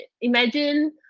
imagine